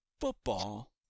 football